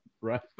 right